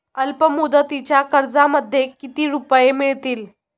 अल्पमुदतीच्या कर्जामध्ये किती रुपये मिळतील?